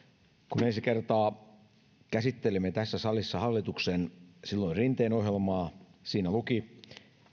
kun ensi kertaa käsittelimme tässä salissa hallituksen silloin rinteen ohjelmaa siinä luki